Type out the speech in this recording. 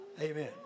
amen